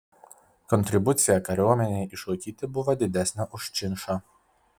kontribucija kariuomenei išlaikyti buvo didesnė už činšą